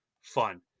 fun